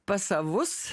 pas savus